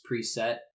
preset